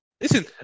Listen